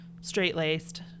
straight-laced